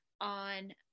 on